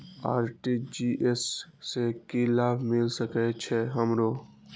RTGS से की लाभ मिल सके छे हमरो?